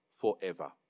forever